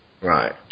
Right